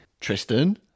tristan